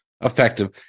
effective